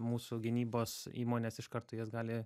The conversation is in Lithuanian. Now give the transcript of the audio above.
mūsų gynybos įmonės iš karto jas gali